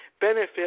benefit